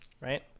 right